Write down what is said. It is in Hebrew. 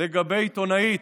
לגבי עיתונאית,